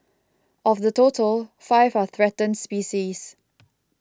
of the total five are threatened species